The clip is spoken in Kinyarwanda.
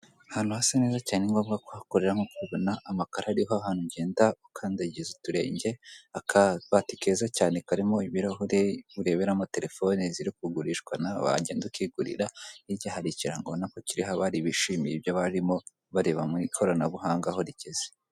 Ahantu hasa neza cyane ni ngombwa kuhakorera nkuko ubona amakara ariho ahantu ugenda ukandagiza uturenge akabati keza cyane karimo ibirahurire ureberamo terefoni ziri kugurishwa nawe wangenda ukigurira hirya hari ikirango ubona ko aho kiri hari abishimira ibyo barimo bareba mu ikoranabuhanga aho rigeze.